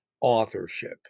authorship